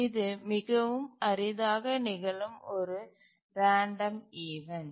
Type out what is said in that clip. இது மிகவும் அரிதாக நிகழும் ஒரு ராண்டம் ஈவன்ட்